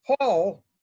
Paul